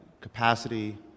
capacity